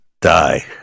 die